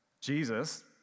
Jesus